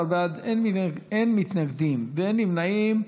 14 בעד, אין מתנגדים, אין נמנעים.